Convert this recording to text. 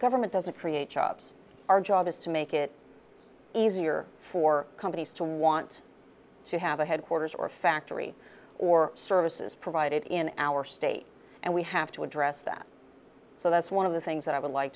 government doesn't create jobs our job is to make it easier for companies to want to have a headquarters or a factory or services provided in our state and we have to address that so that's one of the things that i would like